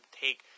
take